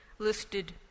Listed